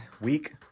week